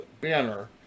Banner